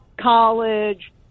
college